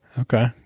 Okay